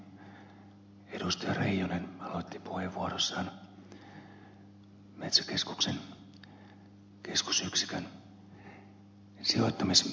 reijonen aloitti puheenvuorossaan metsäkeskuksen keskusyksikön sijoittamispaikan pohdiskelun ja esitysten tekemisen